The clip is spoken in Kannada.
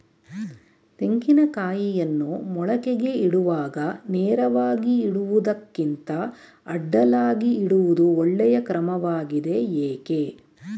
ತೆಂಗಿನ ಕಾಯಿಯನ್ನು ಮೊಳಕೆಗೆ ಇಡುವಾಗ ನೇರವಾಗಿ ಇಡುವುದಕ್ಕಿಂತ ಅಡ್ಡಲಾಗಿ ಇಡುವುದು ಒಳ್ಳೆಯ ಕ್ರಮವಾಗಿದೆ ಏಕೆ?